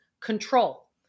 control